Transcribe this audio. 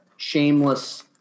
shameless